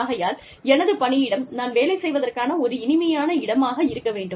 ஆகையால் எனது பணியிடம் நான் வேலை செய்வதற்கான ஒரு இனிமையான இடமாக இருக்க வேண்டும்